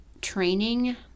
training